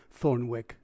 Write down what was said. thornwick